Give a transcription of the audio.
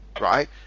right